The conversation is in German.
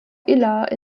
iller